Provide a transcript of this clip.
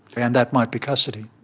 and that might be custody.